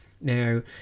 Now